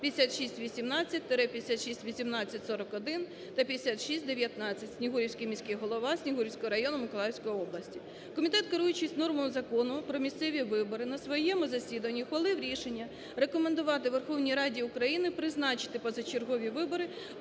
5618 – 5618-41 та 5619 Снігурівський міський голова Снігурівського району, Миколаївської області. Комітет, керуючись нормами Закону про місцеві вибори, на своєму засіданні ухвалив рішення рекомендувати Верховній Раді України призначити позачергові вибори